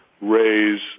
raise